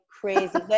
crazy